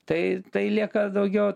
tai tai lieka daugiau